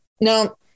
No